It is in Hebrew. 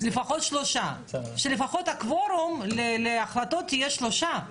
לפחות שלושה, שלפחות הקוורום להחלטות יהיה שלושה.